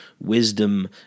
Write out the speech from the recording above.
wisdom